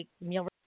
meal